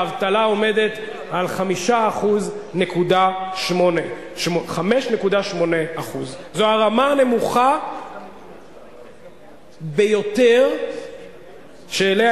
האבטלה עומדת על 5.8%. זו הרמה הנמוכה ביותר שאליה